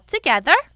Together